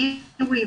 קיווי,